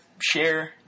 share